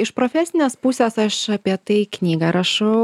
iš profesinės pusės aš apie tai knygą rašau